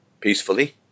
Peacefully